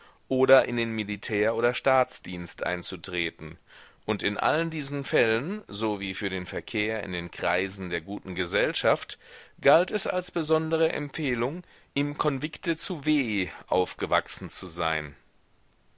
oder in den militär oder staatsdienst einzutreten und in allen diesen fällen sowie für den verkehr in den kreisen der guten gesellschaft galt es als besondere empfehlung im konvikte zu w aufgewachsen zu sein